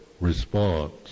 response